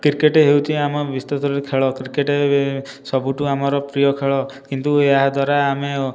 cricket ହେଉଛି ଆମର ବିଶ୍ୱ ସ୍ତରୀୟ ଖେଳ କ୍ରିକେଟ ସବୁଠୁ ଆମର ପ୍ରିୟ ଖେଳ କିନ୍ତୁ ଏହା ଦ୍ବାରା ଆମେ